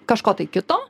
kažko tai kito